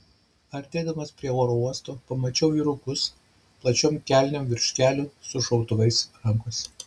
artėdamas prie oro uosto pamačiau vyrukus plačiom kelnėm virš kelių su šautuvais rankose